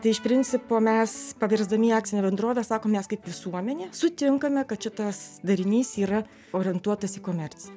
tai iš principo mes pavirsdami į akcinę bendrovę sakom mes kaip visuomenė sutinkame kad šitas darinys yra orientuotas į komerciją